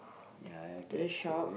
this shop